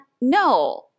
no